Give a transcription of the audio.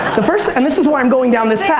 and this is what i'm going down this yeah